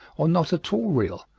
or not at all real,